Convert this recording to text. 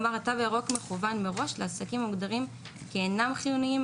ואמר: התו הירוק מכוון מראש לעסקים המוגדרים כאינם חיוניים,